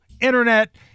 internet